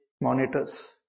monitors